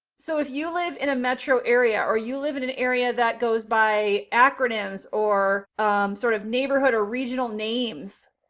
so if you live in a metro area, or you live in an area that goes by acronyms, or sort of neighborhood, or regional names,